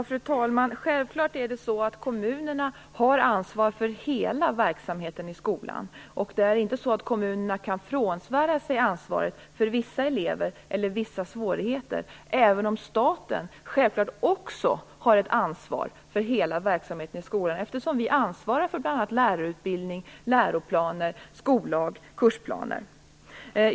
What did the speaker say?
Fru talman! Självfallet är det så, att kommunerna har ansvar för hela verksamheten i skolan. Kommunerna kan inte frånsvära sig ansvaret för vissa elever eller vissa svårigheter, även om staten självfallet också har ett ansvar för hela verksamheten, eftersom vi ansvarar för bl.a. lärarutbildning, läroplaner, skollag och kursplaner.